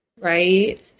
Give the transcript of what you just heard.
right